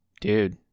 Dude